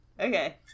Okay